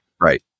Right